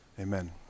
amen